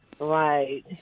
Right